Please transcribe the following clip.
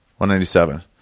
197